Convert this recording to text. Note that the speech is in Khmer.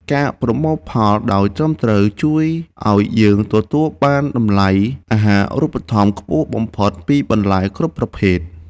ការប្រមូលផលដោយត្រឹមត្រូវជួយឱ្យយើងទទួលបានតម្លៃអាហារូបត្ថម្ភខ្ពស់បំផុតពីបន្លែគ្រប់ប្រភេទ។